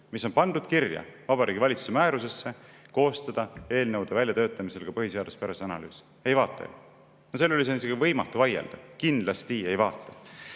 mis on pandud kirja Vabariigi Valitsuse määrusesse: koostada eelnõude väljatöötamisel ka põhiseaduspärasuse analüüs? Ei vaata. Selle üle on isegi võimatu vaielda, kindlasti ei vaata.